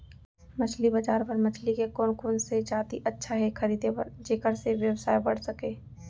मछली बजार बर मछली के कोन कोन से जाति अच्छा हे खरीदे बर जेकर से व्यवसाय बढ़ सके?